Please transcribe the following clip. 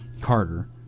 Carter